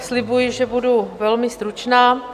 Slibuji, že budu velmi stručná.